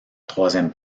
troisième